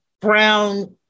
brown